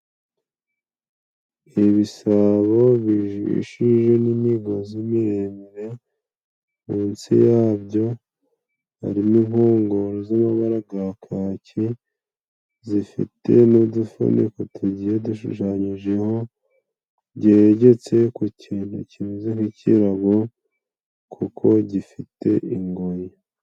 Ibi bisabo bijishije n'imigozi miremire. Munsi yabyo harimo inkongoro z'amabara ga kake, zifite n'udufuniko tugiye dushushanyijeho, byegetse ku kintu kimeze nk'ikirago kuko gifite ingoyi.